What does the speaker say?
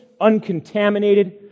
uncontaminated